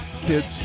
kids